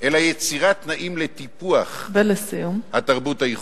אלא יצירת תנאים לטיפוח התרבות הייחודית.